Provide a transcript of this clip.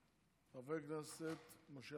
חבר הכנסת משה